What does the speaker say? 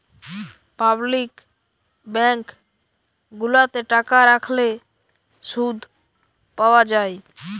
public bank গুলাতে টাকা রাখলে শুধ পাওয়া যায়